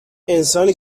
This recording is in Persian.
انسانی